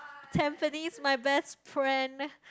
Tampines my best friend